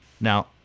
Now